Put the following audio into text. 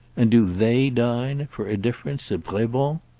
and do they dine for a difference at brebant's?